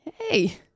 hey